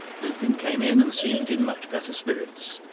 lupin came in and seemed in much better spirits.